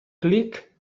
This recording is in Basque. klik